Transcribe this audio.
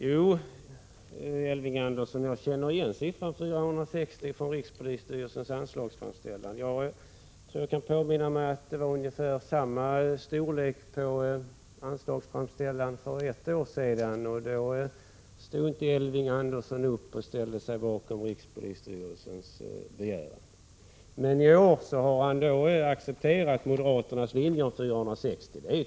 Herr talman! Jo, Elving Andersson, jag känner igen siffran 460 från rikspolisstyrelsens anslagsframställan. Jag vill erinra mig att det var ungefär samma storlek på anslagsframställningen för ett år sedan, men då ställde sig Elving Andersson inte bakom rikspolisstyrelsens begäran. I år har han accepterat moderaternas linje om 460 platser.